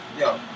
yo